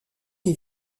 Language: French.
qui